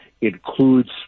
includes